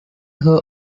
her